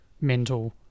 mental